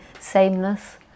sameness